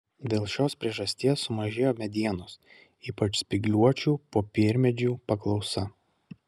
dėl šios priežasties sumažėjo medienos ypač spygliuočių popiermedžių paklausa